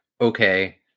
okay